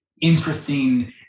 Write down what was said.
interesting